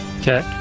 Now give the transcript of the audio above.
Okay